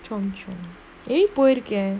chomp chomp eh போயிருக்க:poyiruka